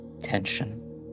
tension